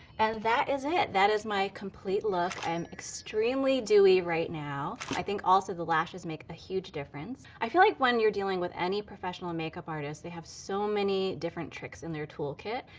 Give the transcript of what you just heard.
and that is it. that is my complete look. i am extremely dewy right now. i think also the lashes make a huge difference. i feel like when you're dealing with any professional makeup artist they have so many different tricks in their toolkit,